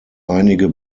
einige